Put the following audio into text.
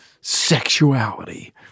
sexuality